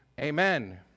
amen